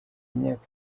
imyaka